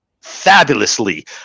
fabulously